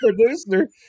producer